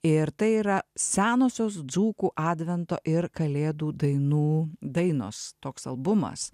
ir tai yra senosios dzūkų advento ir kalėdų dainų dainos toks albumas